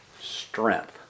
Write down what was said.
strength